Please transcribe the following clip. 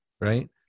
Right